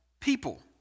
people